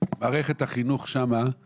כשני שליש ממערכת החינוך שם הוא